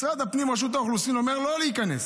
משרד הפנים, רשות האוכלוסין, אומר: לא להיכנס.